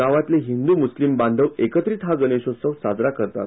गावातले हिंदू मृस्लिम बांधव एकत्रित हा गणेशोत्सव साजरा करतात